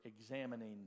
examining